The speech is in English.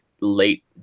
late